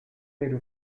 pero